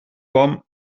kwam